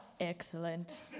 Excellent